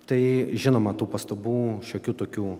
tai žinoma tų pastabų šiokių tokių